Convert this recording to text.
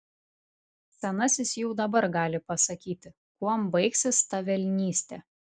senasis jau dabar gali pasakyti kuom baigsis ta velnystė